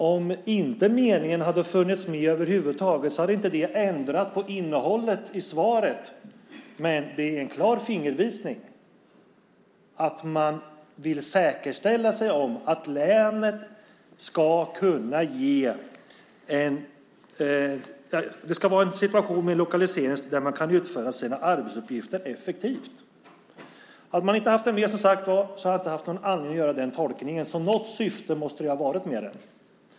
Om inte meningen hade funnits med över huvud taget hade det inte ändrat på innehållet i svaret, men det är en klar fingervisning att man vill säkerställa att det ska vara en situation med lokalisering där alla kan utföra sina arbetsuppgifter effektivt. Hade man som sagt inte haft det med hade jag inte haft någon anledning att göra den tolkningen. Något syfte måste det ha varit med den.